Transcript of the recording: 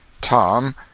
Tom